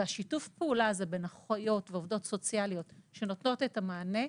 שיתוף הפעולה הזה בין האחיות והעובדות הסוציאליות שנותנות את המענה,